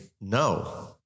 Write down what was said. no